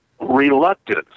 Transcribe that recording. reluctance